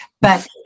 but-